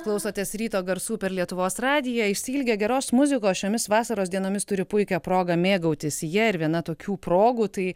klausotės ryto garsų per lietuvos radiją išsiilgę geros muziko šiomis vasaros dienomis turi puikią progą mėgautis ja ir viena tokių progų tai